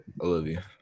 Olivia